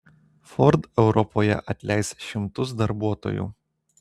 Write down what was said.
ford europoje atleis šimtus darbuotojų